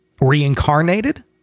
reincarnated